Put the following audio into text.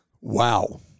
Wow